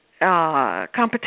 Competition